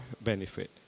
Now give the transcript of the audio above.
benefit